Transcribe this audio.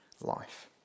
life